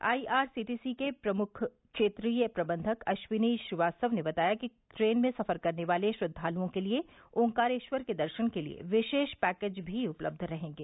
आई R C T C के मुख्य क्षेत्रीय प्रबंधक अश्विनी श्रीवास्तव ने बताया कि ट्रेन में सफर करने वाले श्रद्वालुओं के लिये ओंकारेश्वर के दर्शन के लिये विशेष पैकेज भी उपलब्व रहेंगे